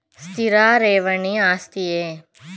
ಸ್ಥಿರ ಠೇವಣಿ ಆಸ್ತಿಯೇ?